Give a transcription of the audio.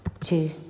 two